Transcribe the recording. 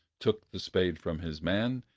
took the spade from his man,